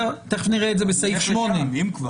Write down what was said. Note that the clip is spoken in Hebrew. תכף נראה את זה בסעיף 8. --- אם כבר.